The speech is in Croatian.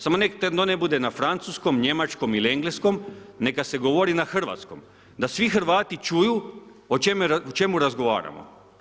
Samo neka to ne bude na Francuskom, Njemačkom ili Engleskom, neka se govori na Hrvatskom da svi Hrvati čuju o čemu razgovaramo.